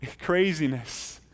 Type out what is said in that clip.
Craziness